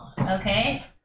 okay